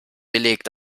belegt